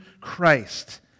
Christ